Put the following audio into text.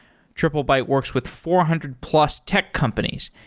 triplebyte works with four hundred plus tech companies,